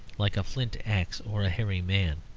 like a flint axe or a hairy man.